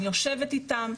אני יושבת איתם,